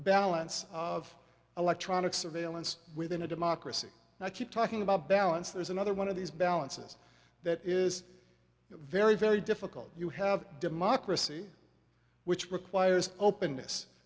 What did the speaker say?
balance of electronic surveillance within a democracy and i keep talking about balance there's another one of these balances that is very very difficult you have democracy which requires openness